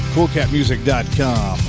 CoolCatMusic.com